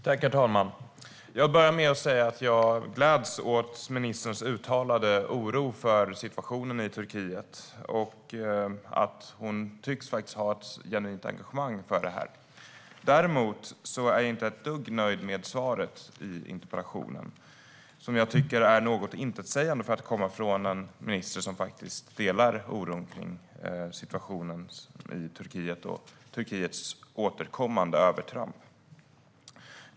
Herr talman! Jag börjar med att säga att jag gläds åt ministerns uttalade oro över situationen i Turkiet och att hon tycks ha ett genuint engagemang i detta. Däremot är jag inte ett dugg nöjd med svaret på interpellationen, som jag tycker är något intetsägande för att komma från en minister som delar min oro för situationen i Turkiet och för Turkiets återkommande övertramp.